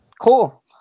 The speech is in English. Cool